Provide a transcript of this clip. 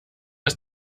aus